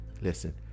Listen